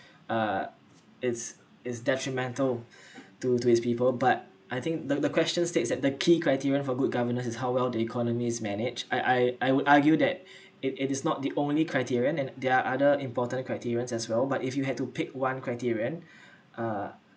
uh it's it's detrimental to to his people but I think the the question states that the key criterion for good governance is how well the economy is managed I I I would argue that it it is not the only criterion and there are other important criterion as well but if you had to pick one criterion uh